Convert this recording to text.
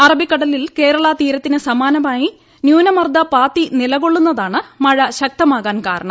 അറബിക്കടലിൽ കേരളതീരത്തിന് സമാനമായി ന്യൂനമർദ്ദപാത്തി നിലകൊള്ളുന്നതാണ് മഴ ശക്തമാകാൻ കാരണം